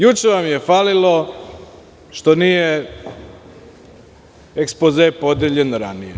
Juče vam je falilo što nije ekspoze podeljen ranije.